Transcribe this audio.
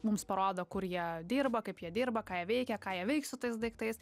mums parodo kur jie dirba kaip jie dirba ką jie veikia ką jie veiks su tais daiktais